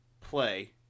play